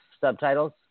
subtitles